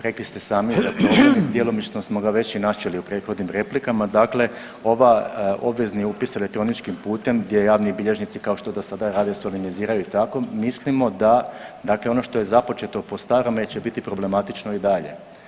Rekli ste sami za problem, djelomično smo ga već i načeli u prethodnim replikama dakle ovaj obvezni upis elektroničkim putem gdje javni bilježnici kao što dosada rade solemniziraju … mislimo da, dakle ono što je započeto po starom neće biti problematično i dalje.